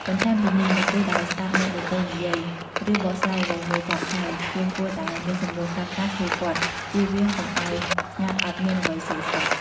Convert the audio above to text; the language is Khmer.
បន្ថែមពីនេះ នៅពេលដែលស្តាប់អ្នកដ៏ទៃនិយាយ ឬបកស្រាយអ្វីមួយចប់ហើយ យើងគួរតែមានសំណួរខ្លះៗសួរគាត់ ជៀសវាងកុំឱ្យស្ងាត់អត់មានអ្វីសួរសោះ។